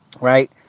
right